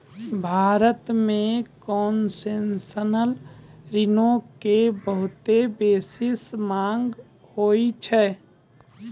भारत मे कोन्सेसनल ऋणो के बहुते बेसी मांग होय छै